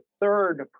third